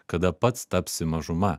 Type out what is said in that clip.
kada pats tapsi mažuma